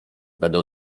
będę